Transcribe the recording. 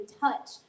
touch